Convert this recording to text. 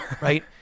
Right